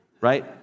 right